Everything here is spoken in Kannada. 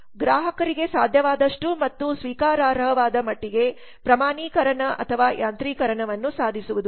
ಗ್ರಾಹಕರಿಗೆ ಸಾಧ್ಯವಾದಷ್ಟು ಮತ್ತು ಸ್ವೀಕಾರಾರ್ಹವಾದ ಮಟ್ಟಿಗೆ ಪ್ರಮಾಣೀಕರಣ ಅಥವಾ ಯಾಂತ್ರೀಕರಣವನ್ನು ಸಾಧಿಸುವುದು